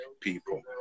people